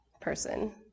person